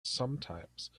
sometimes